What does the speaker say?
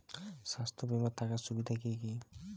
স্বাস্থ্য বিমা থাকার সুবিধা কী কী?